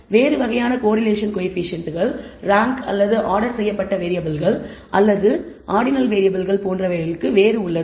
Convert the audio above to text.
வேறு வகையான கோரிலேஷன் கோயபிசியன்ட்கள் ரேங்க் அல்லது ஆர்டர் செய்யப்பட்ட வேறியபிள்கள் அல்லது ஆர்டினல் வேறியபிள்கள் போன்றவைகளுக்கு உள்ளது